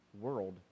world